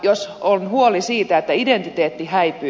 jos on huoli siitä että identiteetti häipyy